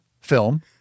film